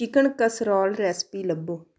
chicken casserole recipe ਲੱਭੋ